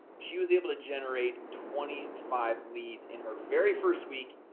she was able to generate twenty five leads in her very first week,